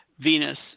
Venus